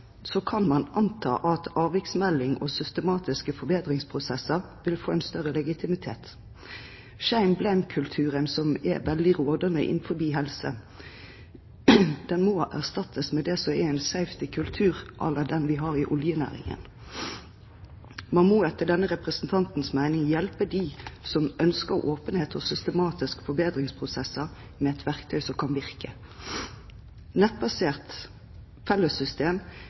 kan man anta at avviksmelding og systematiske forbedringsprosesser vil få større legitimitet. «Shame–blame»-kulturen, som er veldig rådende innen helse, må erstattes med en «safety»-kultur, à la den vi har i oljenæringen. Man må etter denne representantens mening hjelpe dem som ønsker åpenhet og systematiske forbedringsprosesser, med et verktøy som kan virke. Nettbasert fellessystem